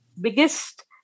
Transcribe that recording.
biggest